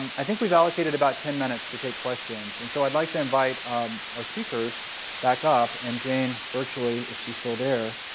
i think we've allocated about ten minutes to take questions. and so i'd like to invite um our speakers back up, and jane, virtually, if she's still there,